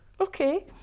okay